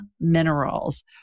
Minerals